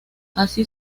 así